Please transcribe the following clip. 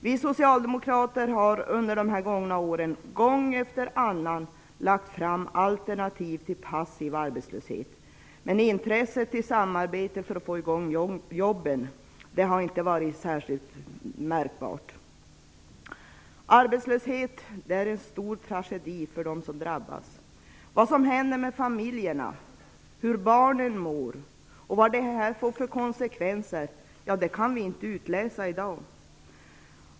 Vi socialdemokrater har under de gångna åren gång efter annan lagt fram alternativ till passiv arbetslöshet, men intresset för samarbete för att få i gång jobb har inte varit särskilt märkbart. Arbetslöshet är en stor tragedi för dem som drabbas. Vad som händer med familjerna, hur barnen mår och vad detta får för konsekvenser kan vi inte utläsa i dag.